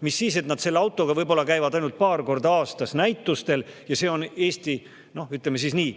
Mis siis, et nad selle autoga käivad võib-olla ainult paar korda aastas näitustel ja see on eesti, ütleme siis nii,